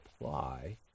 apply